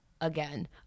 Again